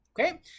Okay